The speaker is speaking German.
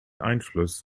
einfluss